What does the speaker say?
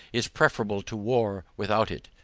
is preferable to war without it.